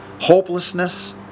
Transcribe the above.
hopelessness